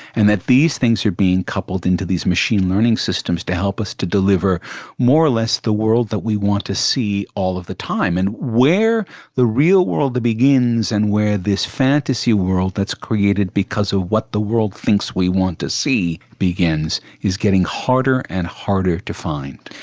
and that these things are being coupled into these machine learning systems to help us to deliver more or less the world that we want to see all of the time. and where the real world begins and where this fantasy world that's created because of what the world thinks we want to see begins is getting harder and harder to find.